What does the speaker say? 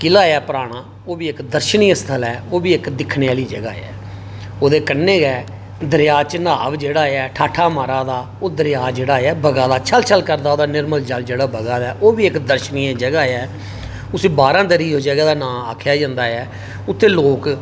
किला है इक पराना ओह् बी इक दर्शनीय स्थल ऐ इक दिक्खने आह्ली जगह ऐ ओह्दे कन्नै गै दरेआ चनाब जेहड़ा ऐ ठाठां मारा दा दरेआ जेहडा ऐ बगा दा छल छल करदा ओह्दा निर्मल जल जेहड़ा बगा दा ऐ ओह्बी इक दर्शनिय जगह ऐ उसी बारा दरी उस जगह दा नां आक्खेआ जंदा ऐ उत्थै लोक